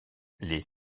les